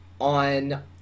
on